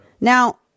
Now